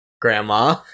Grandma